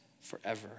forever